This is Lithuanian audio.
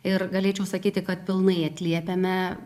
ir galėčiau sakyti kad pilnai atliepiame